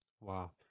Wow